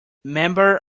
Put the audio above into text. member